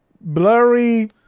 blurry